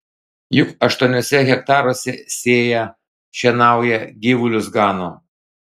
juk aštuoniuose hektaruose sėja šienauja gyvulius gano